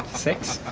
sex?